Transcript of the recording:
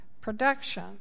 production